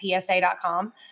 psa.com